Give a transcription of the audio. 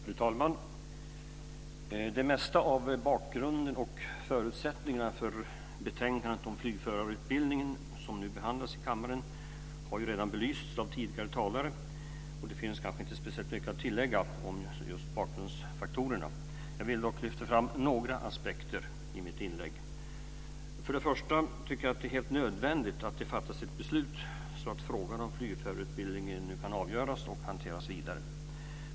Fru talman! Det mesta av bakgrunden till och förutsättningarna för betänkandet om flygförarutbildningen, som nu behandlas i kammaren, har redan belysts av tidigare talare. Det finns kanske inte speciellt mycket att tillägga om just bakgrundsfaktorerna. Jag vill dock lyfta fram några aspekter i mitt inlägg. För det första tycker jag att det är helt nödvändigt att det fattas ett beslut så att frågan om flygförarutbildningen nu kan avgöras och hanteras vidare.